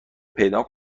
پیدا